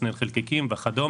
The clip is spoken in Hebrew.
במסמר חלקיקים וכד',